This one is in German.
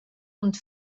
und